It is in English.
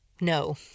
No